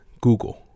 Google